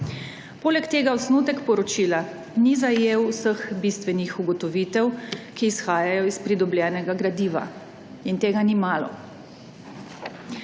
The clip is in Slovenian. Poleg tega osnutek poročila ni zajel vseh bistvenih ugotovitev, ki izhajajo iz pridobljenega gradiva – in tega ni malo.